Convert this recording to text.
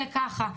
זה ככה',